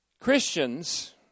Christians